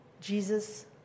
Jesus